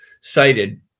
cited